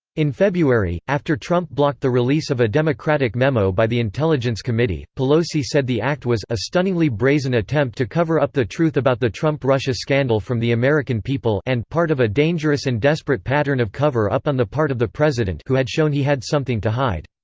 in february, after trump blocked the release of a democratic memo by the intelligence committee, pelosi said the act was a stunningly brazen attempt to cover up the truth about the trump-russia scandal from the american people and part of a dangerous and desperate pattern of cover-up on the part of the president who had shown he had something to hide.